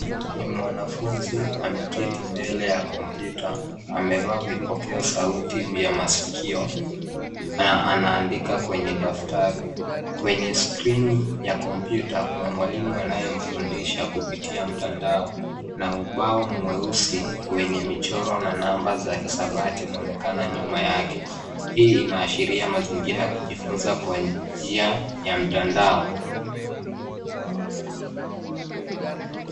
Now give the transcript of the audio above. Ni mwanafunzi ameketi mbele ya kompyuta, amevaa vipokeosauti vya masikio na anaandika kwenye daftari. Kwenye skrini ya kompyuta kuna mwalimu anayemfundisha kupitia mtanandao na ubao mweusi wenye michoro na namba za hisabati unaonekana nyuma yake. Hii inaashiria mazingira ya kujifunza kwa njia ya mtandao.